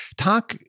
talk